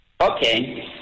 Okay